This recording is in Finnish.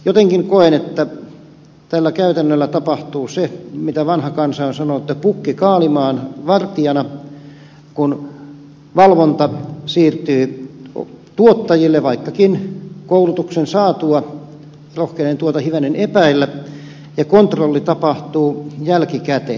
jotenkin koen että tällä käytännöllä tapahtuu se mitä vanha kansa on sanonut että pukki kaalimaan vartijana kun valvonta siirtyy tuottajille vaikkakin koulutuksen jälkeen rohkenen tuota hivenen epäillä ja kontrolli tapahtuu jälkikäteen